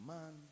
Man